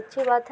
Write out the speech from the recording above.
اچھی بات ہے